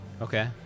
Okay